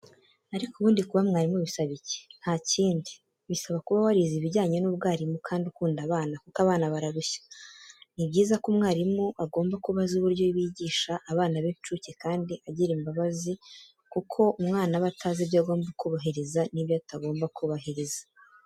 Ariko ubundi kuba mwarimu bisaba iki? Nta kindi, bisaba kuba warize ibijyanye n'ubwarimu kandi ukunda abana kuko abana bararushya. Ni byiza ko umwarimu agomba kuba azi uburyo bigisha abana b'incuke kandi agira imbabazi kuko umwana aba atazi ibyo agomba kubahiriza n'ibyo atagomba kubahiriza.